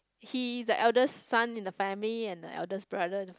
he is the eldest son the family and the eldest brother